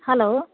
hello